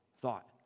thought